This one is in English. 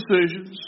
decisions